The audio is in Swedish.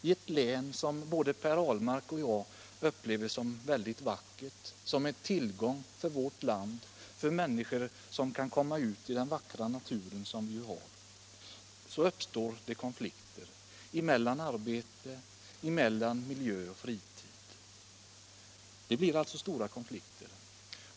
I detta län som både Per Ahlmark och jag upplever som mycket vackert — och som är en tillgång för vårt land och för de människor som vill komma ut i den vackra naturen — uppstår det stora konflikter mellan arbete, miljö och fritid.